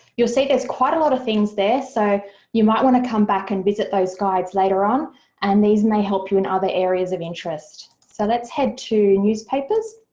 you'll see there's quite a lot of things there so you might want to come back and visit those guides later on and these may help you in other areas of interest. so let's head to newspapers.